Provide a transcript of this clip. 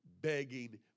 begging